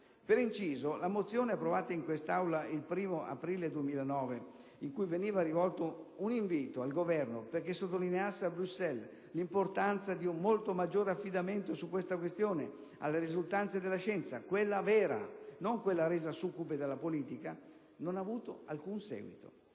Per inciso, la mozione approvata in quest'Aula il 1° aprile 2009, in cui veniva rivolto un invito al Governo perché sottolineasse a Bruxelles l'importanza di un molto maggiore affidamento su questa questione alle risultanze della scienza, quella vera, non quella resa succube della politica, non ha avuto alcun seguito.